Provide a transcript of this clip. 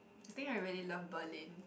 I think I really love Berlin